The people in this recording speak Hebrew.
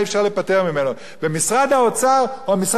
משרד האוצר הוא המשרד הצעיר ביותר.